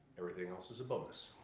everything else is a bonus.